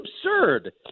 absurd